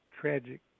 tragic